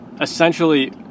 essentially